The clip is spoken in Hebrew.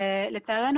לצערנו,